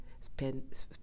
spend